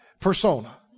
persona